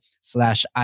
slash